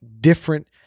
different